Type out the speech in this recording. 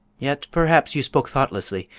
yet, perhaps you spoke thoughtlessly.